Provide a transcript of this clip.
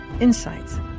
insights